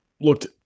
looked